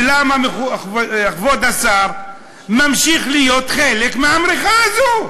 ולמה כבוד השר ממשיך להיות חלק מהמריחה הזו?